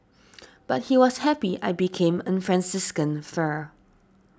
but he was happy I became a Franciscan friar